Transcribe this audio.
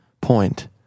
point